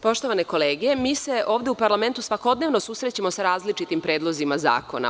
Poštovane kolege, mi se ovde u parlamentu svakodnevno susrećemo sa različitim predlozima zakona.